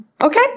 Okay